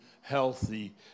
healthy